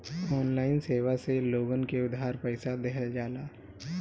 online सेवा से लोगन के उधार पईसा देहल जाला